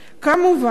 כמובן,